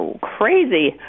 crazy